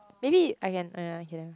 maybe I can uh ya